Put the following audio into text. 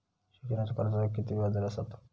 शिक्षणाच्या कर्जाचा किती व्याजदर असात?